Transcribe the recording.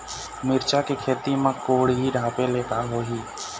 मिरचा के खेती म कुहड़ी ढापे ले का होही?